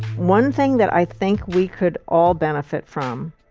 one thing that i think we could all benefit from,